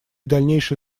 дальнейший